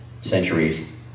centuries